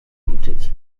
liczyć